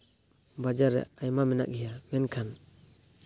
ᱵᱟᱡᱟᱨ ᱨᱮ ᱟᱭᱢᱟ ᱢᱮᱱᱟᱜ ᱜᱮᱭᱟ ᱢᱮᱱᱠᱷᱟᱱ